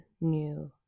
new